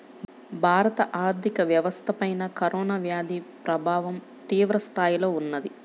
భారత ఆర్థిక వ్యవస్థపైన కరోనా వ్యాధి ప్రభావం తీవ్రస్థాయిలో ఉన్నది